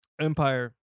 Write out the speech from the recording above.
Empire